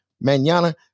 Manana